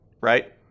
right